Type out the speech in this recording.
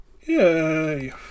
Yay